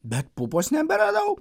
bet pupos neberadau